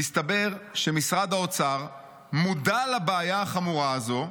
"מסתבר שמשרד האוצר מודע לבעיה החמורה הזאת,